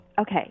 Okay